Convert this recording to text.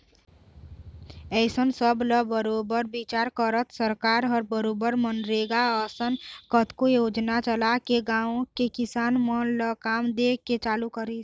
अइसन सब ल बरोबर बिचार करत सरकार ह बरोबर मनरेगा असन कतको योजना चलाके गाँव के किसान मन ल काम दे के चालू करिस